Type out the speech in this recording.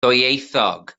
ddwyieithog